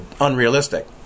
unrealistic